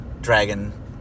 Dragon